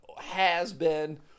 has-been